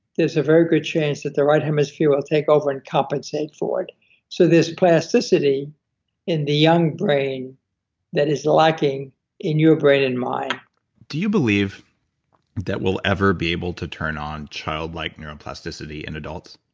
there's a very good chance that the right hemisphere will take over and compensate for it. so there's plasticity in the young brain that is lacking in your brain and mine do you believe that we'll ever be able to turn on childlike neuroplasticity in adults?